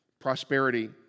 prosperity